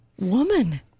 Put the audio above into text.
woman